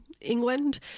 England